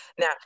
now